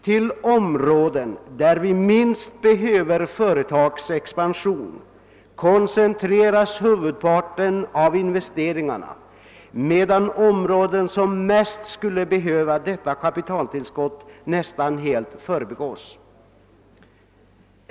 Till områden där vi minst behöver företagsexpansion koncentreras huvudparten av investeringarna, medan områden som mest skulle behöva detta kapitaltillskott nästan helt förbigås.